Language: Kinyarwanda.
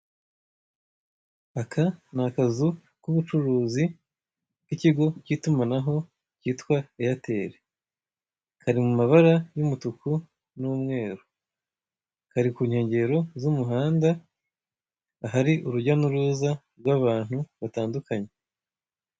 Aka ni akazu k'ubucuruzi k'ikigo k'itumanaho cya eyateri, kari mu mabara y'umutuku n'umweru, kari ku nkengero z'umuhanda ahari urujya n'uruza rw'abantu batandukanye.